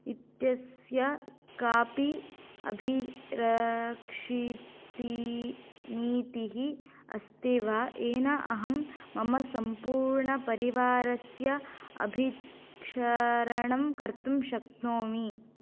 इत्यस्य कापि अभिरक्षानीतिः नीतिः अस्ति वा येन अहं मम सम्पूर्णपरिवारस्य अभिरक्षाकणं कर्तुं शक्नोमि